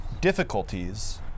difficulties